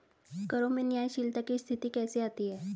करों में न्यायशीलता की स्थिति कैसे आती है?